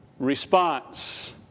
response